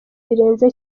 birenze